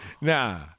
nah